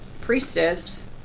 priestess